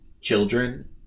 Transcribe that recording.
children